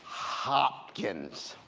hopkins,